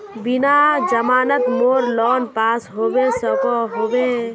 बिना जमानत मोर लोन पास होबे सकोहो होबे?